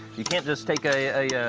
you can't just take a